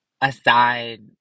aside